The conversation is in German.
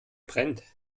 brennt